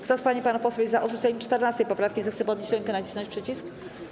Kto z pań i panów posłów jest odrzuceniem 14. poprawki, zechce podnieść rękę i nacisnąć przycisk.